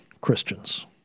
Christians